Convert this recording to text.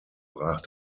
brach